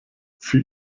für